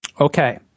Okay